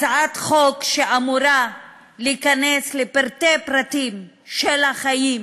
הצעת חוק שאמורה להיכנס לפרטי-פרטים של החיים